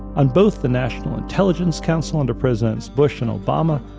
on both the national intelligence council, under presidents bush and obama,